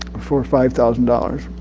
for five thousand dollars,